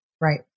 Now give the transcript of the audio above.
Right